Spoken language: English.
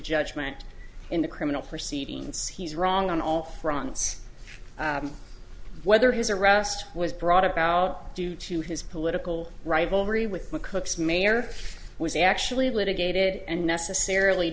judgment in the criminal proceedings he's wrong on all fronts whether his arrest was brought about due to his political rivalry with the cook's mayor was actually litigated and necessarily